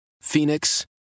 Phoenix